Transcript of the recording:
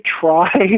try